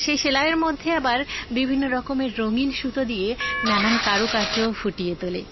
সেই সেলাইয়ের মধ্যে আবার বিভিন্ন রকমের রঙিন সুতো দিয়ে নানান কারুকার্য ফুটিয়ে তোলে